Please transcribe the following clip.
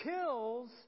kills